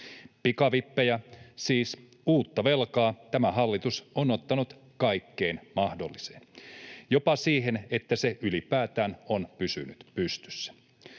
Pikavippejä, siis uutta velkaa, tämä hallitus on ottanut kaikkeen mahdolliseen, jopa siihen, että se ylipäätään on pysynyt pystyssä.